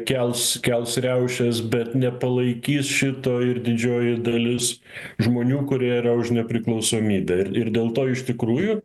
kels kels riaušes bet nepalaikys šito ir didžioji dalis žmonių kurie yra už nepriklausomybę ir ir dėl to iš tikrųjų